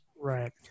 Right